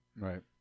Right